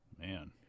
Man